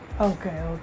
Okay